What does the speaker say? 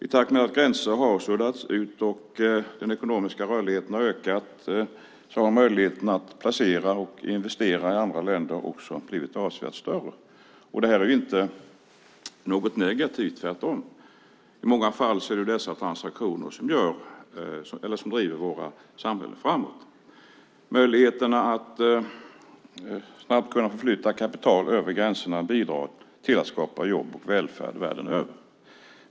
I takt med att gränser har suddats ut och den ekonomiska rörligheten har ökat har möjligheten att placera och investera i andra länder blivit avsevärt större. Det är inte något negativt, tvärtom. I många fall är det dessa transaktioner som driver våra samhällen framåt. Möjligheterna att snabbt kunna flytta kapital över gränserna bidrar till att skapa jobb och välfärd världen över.